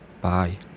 bye